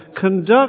conduct